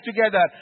together